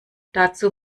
dazu